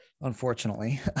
unfortunately